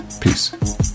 peace